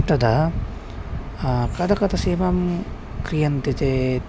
तदा कथं कथं सेवां क्रियन्ते चेत्